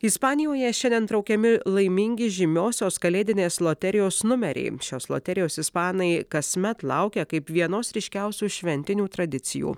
ispanijoje šiandien traukiami laimingi žymiosios kalėdinės loterijos numeriai šios loterijos ispanai kasmet laukia kaip vienos ryškiausių šventinių tradicijų